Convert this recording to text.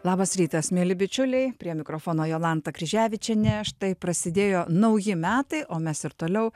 labas rytas mieli bičiuliai prie mikrofono jolanta kryževičienė štai prasidėjo nauji metai o mes ir toliau